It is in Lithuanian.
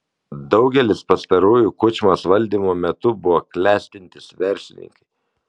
daugelis pastarųjų kučmos valdymo metu buvo klestintys verslininkai